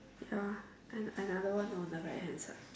ya and another one on the right hand side